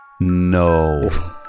No